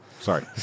Sorry